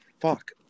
Fuck